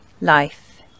life